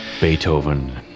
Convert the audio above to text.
Beethoven